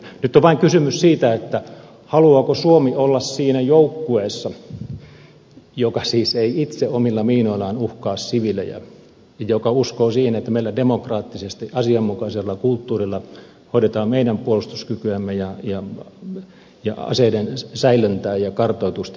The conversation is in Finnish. nyt on vain kysymys siitä haluaako suomi olla siinä joukkueessa joka siis ei itse omilla miinoillaan uhkaa siviilejä ja joka uskoo siihen että meillä demokraattisesti asianmukaisella kulttuurilla hoidetaan meidän puolustuskykyämme ja aseiden säilöntää ja kartoitusta ja niin edelleen